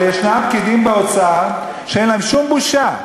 אבל יש פקידים באוצר שאין להם שום בושה.